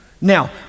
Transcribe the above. Now